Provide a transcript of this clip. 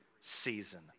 season